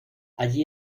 allí